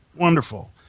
wonderful